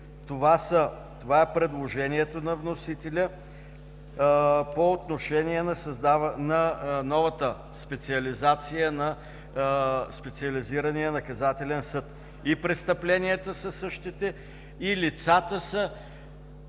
това е предложението на вносителя по отношение на новата специализация на Специализирания наказателен съд. И престъпленията са същите, и лицата са